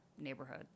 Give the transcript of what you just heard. neighborhood